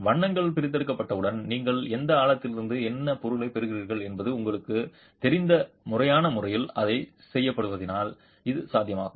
வண்ணங்கள் பிரித்தெடுக்கப்பட்டவுடன் நீங்கள் எந்த ஆழத்திலிருந்து என்ன பொருளைப் பெறுகிறீர்கள் என்பது உங்களுக்குத் தெரிந்த முறையான முறையில் அதைச் செயல்படுத்தினால் அது சாத்தியமாகும்